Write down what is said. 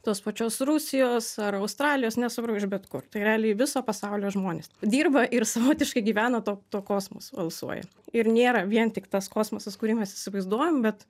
tos pačios rusijos ar australijos nesvarbu iš bet kur tai realiai viso pasaulio žmonės dirba ir savotiškai gyvena to tuo kosmosu alsuoja ir nėra vien tik tas kosmosas kurį mes įsivaizduojam bet